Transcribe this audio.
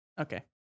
okay